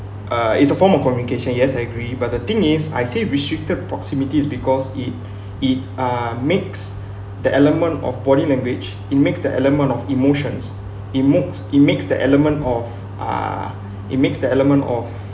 uh it's a form of communication yes I agree but the thing is I say restricted proximity is because it it uh mix the element of body language it makes the element of emotions it makes it makes the element of uh it makes the element of